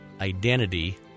identity